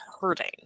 hurting